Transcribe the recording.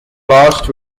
last